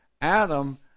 Adam